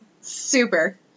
Super